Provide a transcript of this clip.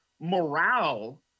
morale